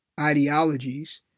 ideologies